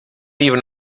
even